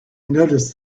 noticed